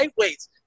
lightweights